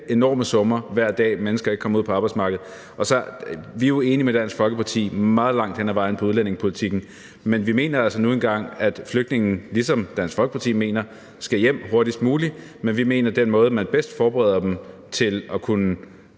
enorme summer, hver dag mennesker ikke kommer ud på arbejdsmarkedet. Vi er jo enige med Dansk Folkeparti meget langt hen ad vejen på udlændingepolitikken, men vi mener altså nu engang, at flygtninge – ligesom Dansk Folkeparti mener – skal hjem hurtigst muligt, men vi mener, at den måde, man bedst forbereder dem til at kunne